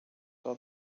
saw